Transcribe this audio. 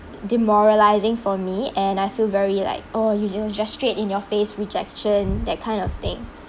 demoralising for me and I feel very like orh you didn't just straight in your face rejection that kind of thing